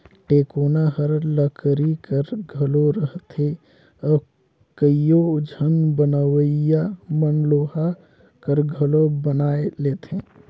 टेकोना हर लकरी कर घलो रहथे अउ कइयो झन बनवइया मन लोहा कर घलो बनवाए लेथे